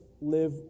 live